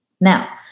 Now